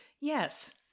Yes